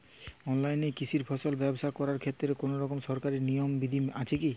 অনলাইনে কৃষিজ ফসল ব্যবসা করার ক্ষেত্রে কোনরকম সরকারি নিয়ম বিধি আছে কি?